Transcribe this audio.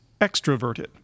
extroverted